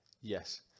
Yes